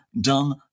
done